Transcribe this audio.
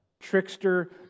trickster